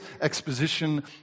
exposition